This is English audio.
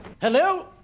Hello